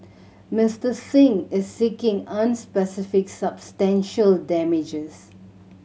Mister Singh is seeking unspecific substantial damages